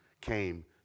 came